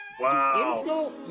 Wow